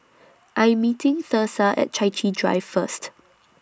I'm meeting Thursa At Chai Chee Drive First